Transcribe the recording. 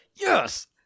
yes